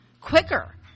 quicker